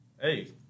Hey